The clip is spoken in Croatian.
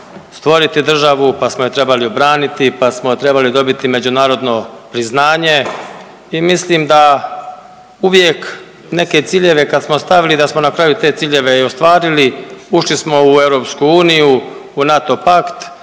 stvoriti državu, pa smo je trebali obraniti, pa smo trebali dobiti međunarodno priznanje i mislim da uvijek neke ciljeve kad smo stavili da smo na kraju te ciljeve i ostvarili, ušli smo u EU, u NATO pakt